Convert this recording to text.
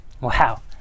Wow